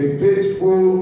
faithful